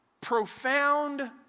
profound